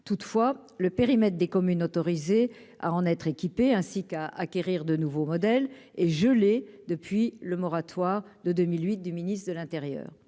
toutefois le périmètre des communes autorisées à en être équipé ainsi qu'à acquérir de nouveaux modèles et gelé depuis le moratoire de 2008, du ministre de l'Intérieur,